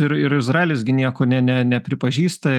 ir ir izraelis gi nieko ne ne nepripažįsta